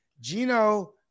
Gino